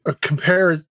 Compare